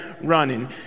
running